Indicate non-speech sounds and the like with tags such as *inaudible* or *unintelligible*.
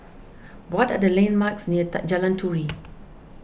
what are the landmarks near *unintelligible* Jalan Turi